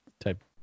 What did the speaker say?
type